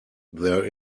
there